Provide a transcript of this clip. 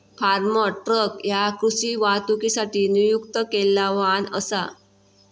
form truck ह्या कृषी वाहतुकीसाठी नियुक्त केलेला वाहन असा